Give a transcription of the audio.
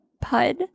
pud